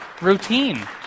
routine